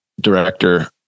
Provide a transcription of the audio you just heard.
director